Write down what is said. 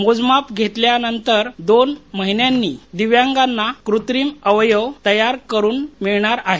मोजमाप घेतल्यानंतर दोन महिन्यांनी दिव्यांगांना कृत्रीम अवयव तयार करुन मिळणार आहेत